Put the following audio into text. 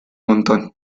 montón